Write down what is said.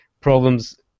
problems